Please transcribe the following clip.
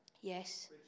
Yes